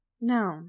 No